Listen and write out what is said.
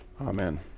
Amen